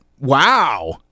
Wow